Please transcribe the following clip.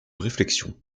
réflexion